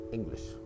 English